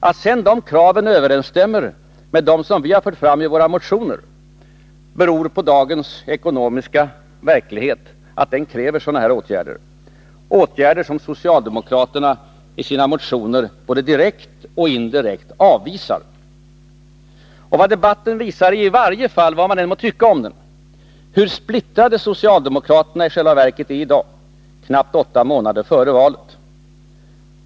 Att sedan dessa krav överensstämmer med dem vi för fram i våra motioner beror på att dagens ekonomiska verklighet kräver sådana åtgärder, åtgärder som socialdemokraterna i sina stora motioner både direkt och indirekt avvisar. Vad debatten visar — vad man än må tycka om den -— är i varje fall hur splittrade socialdemokraterna i själva verket är i dag, knappt åtta månader före valet.